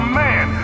man